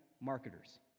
marketers